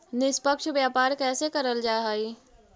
निष्पक्ष व्यापार कइसे करल जा हई